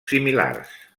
similars